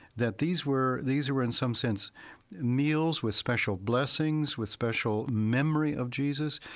that these were these were in some sense meals with special blessings, with special memory of jesus.